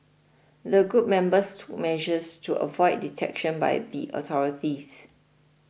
the group members took measures to avoid detection by the authorities